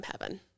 heaven